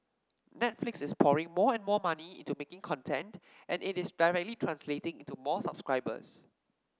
Netflix is pouring more and more money into making content and it is directly translating into more subscribers